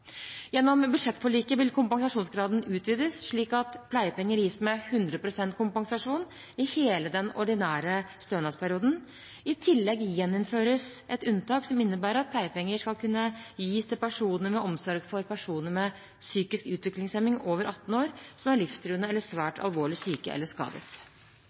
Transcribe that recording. Gjennom budsjettforliket vil kompensasjonsgraden utvides slik at pleiepenger gis med 100 pst. kompensasjon i hele den ordinære stønadsperioden. I tillegg gjeninnføres et unntak som innebærer at pleiepenger skal kunne gis til personer med omsorg for personer med psykisk utviklingshemning over 18 år som er livstruende eller svært alvorlig syke eller skadet.